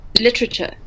literature